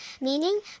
meaning